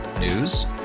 News